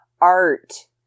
art